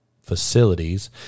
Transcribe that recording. facilities